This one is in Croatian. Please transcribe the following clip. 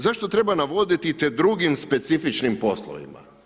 Zašto treba navoditi – te drugim specifičnim poslovima?